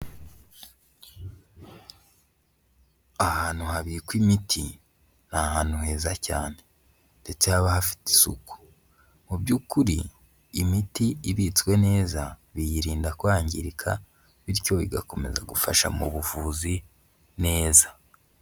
Ahantu habikwa imiti ni ahantu heza cyane ndetse haba hafite isuku, mu by'ukuri imiti ibitswe neza biyirinda kwangirika bityo igakomeza gufasha mu buvuzi neza.